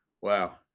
wow